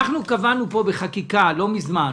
קבענו פה בחקיקה לא מזמן,